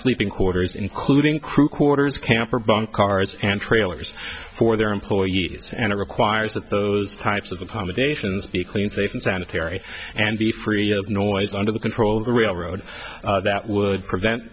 sleeping quarters including crew quarters camper bunk cars and trailers for their employees and it requires that those types of the foundations be clean safe and sanitary and be free of noise under the control of the railroad that would prevent